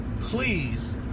please